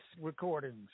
recordings